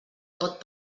pot